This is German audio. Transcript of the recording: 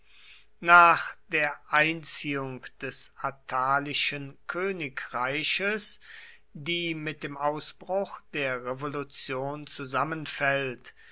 nach der einziehung des attalischen königreiches die mit dem ausbruch der revolution zusammenfällt